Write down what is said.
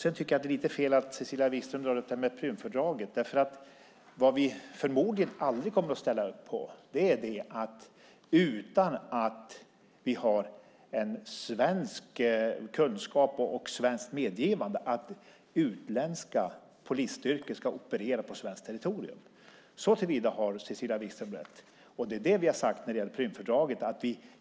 Sedan tycker jag att det är lite fel att Cecilia Wigström drar upp Prümfördraget, därför att det vi förmodligen aldrig kommer att ställa upp på är att utländska polisstyrkor utan svensk kunskap och utan ett svenskt medgivande ska operera på svenskt territorium. Såtillvida har Cecilia Wigström rätt, och det är det vi har sagt när det gäller Prümfördraget.